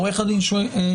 עורך הדין שויקה,